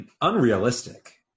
unrealistic